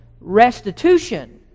restitution